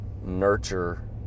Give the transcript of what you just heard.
nurture